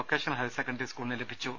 vocational higher secondary സ്കൂളിന് ലഭിച്ചു